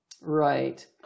Right